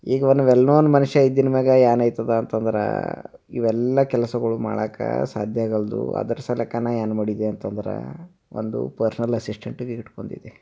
ಈಗ ಒಂದು ವೆಲನೋನ್ ಮನುಷ್ಯ ಇದ್ದಿದ್ದ ಮ್ಯಾಗ ಏನಾಯ್ತದೆ ಅಂತಂದ್ರೆ ಇವೆಲ್ಲ ಕೆಲಸಗಳು ಮಾಡೋಕೆ ಸಾಧ್ಯ ಆಗಲ್ದು ಅದ್ರ ಸಲಕ ನಾನು ಏನು ಮಾಡಿದೆ ಅಂತಂದ್ರೆ ಒಂದು ಪರ್ಸ್ನಲ್ ಅಸಿಸ್ಟೆಂಟ್ ಇಟ್ಕೊಂಡು ಇದ್ದೆ